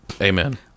Amen